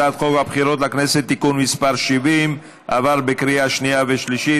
הצעת חוק הבחירות לכנסת (תיקון מס' 70) עברה בקריאה שנייה ושלישית.